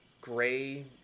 gray